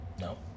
No